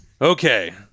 Okay